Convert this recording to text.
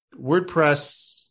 WordPress